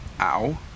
Ow